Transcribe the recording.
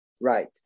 right